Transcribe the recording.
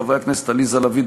חברי הכנסת עליזה לביא,